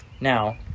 now